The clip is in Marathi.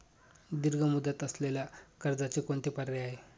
दीर्घ मुदत असलेल्या कर्जाचे कोणते पर्याय आहे?